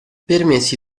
permessi